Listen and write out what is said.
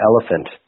elephant